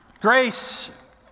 Grace